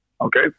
Okay